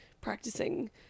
practicing